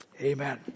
Amen